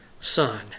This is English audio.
son